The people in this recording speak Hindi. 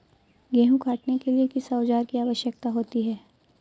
गेहूँ काटने के लिए किस औजार की आवश्यकता होती है?